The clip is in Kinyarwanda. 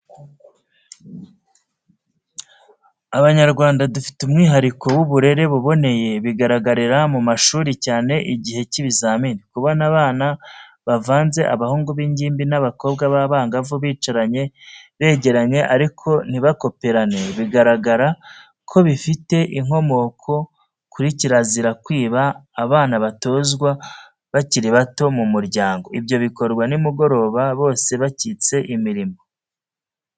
Abanyarwanda dufite umwihariko w'uburere buboneye, bigaragarira mu mashuri cyane igihe cy'ibizamini, kubona abana bavanze abahungu b'ingimbi n'abakobwa b'abangavu bicaranye, begeranye ariko ntibakoperane, bigaragara ko bifite inkomoko kuri kirazira kwiba abana batozwa bakiri bato mu muryango, ibyo bikorwa nimugoroba bose bakitse imirimo.